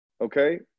Okay